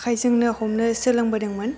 आखाइजोंनो हमनो सोलोंबोदोंमोन